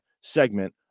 segment